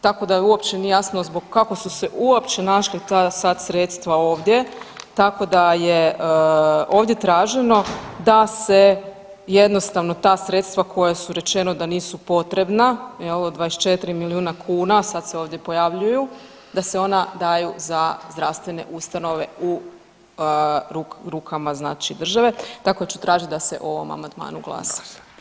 Tako da uopće nije jasno kako su se uopće našla ta sad sredstva ovdje, tako da je ovdje traženo da se jednostavno ta sredstva koja su rečeno da nisu potrebna, jel od 24 milijuna kuna, sad se ovdje pojavljuju, da se ona daju za zdravstvene ustanove u rukama znači države, tako ću tražit da se o ovom amandmanu glasa.